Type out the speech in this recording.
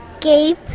Gabe